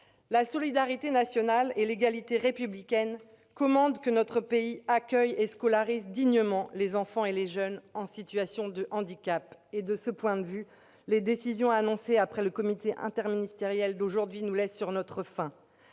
La solidarité nationale et l'égalité républicaine commandent que notre pays accueille et scolarise dignement les enfants et les jeunes en situation de handicap. De ce point de vue, les décisions annoncées après le comité interministériel d'aujourd'hui nous laissent sur notre faim.